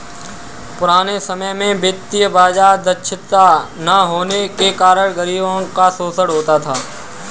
पुराने समय में वित्तीय बाजार दक्षता न होने के कारण गरीबों का शोषण होता था